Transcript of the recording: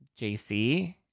JC